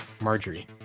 Marjorie